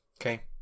okay